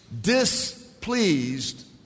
displeased